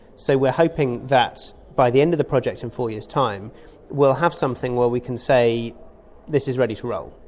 we're hoping that by the end of the project in four years time we'll have something where we can say this is ready to roll.